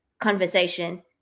conversation